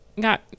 got